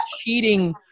cheating